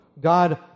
God